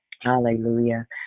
Hallelujah